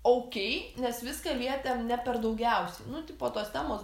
oukei nes viską lietėm ne per daugiausiai nu tipo tos temos